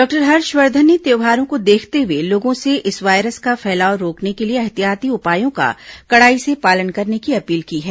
doctor Harshvardhan ने त्यौहारों को देखते हुए लोगों से इस वायरस का फैलाव रोकने के लिए एहतियाती उपायों का कड़ाई से पालन करने की अपील की है